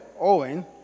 Owen